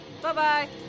Bye-bye